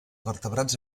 vertebrats